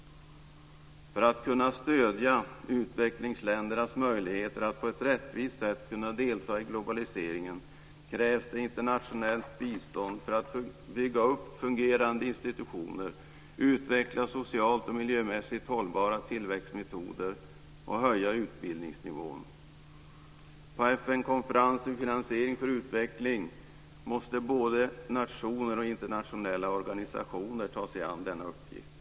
För att kunna stödja utvecklingsländernas möjligheter att på ett rättvist sätt delta i globaliseringen krävs det internationellt bistånd för att bygga upp fungerande institutioner, utveckla socialt och miljömässigt hållbara tillväxtmetoder och höja utbildningsnivån. På FN-konferensen Finansiering för utveckling måste både nationer och internationella organisationer ta sig an denna uppgift.